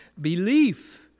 belief